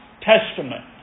Testament